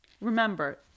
remember